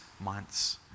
months